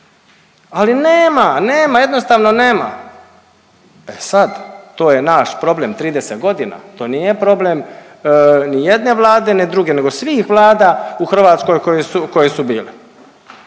ali nema, nema jednostavno nema. E sad to je naš problem 30 godina to nije problem ni jedne vlade ni druge nego svih vlada u Hrvatskoj koje su, koje